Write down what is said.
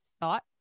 thought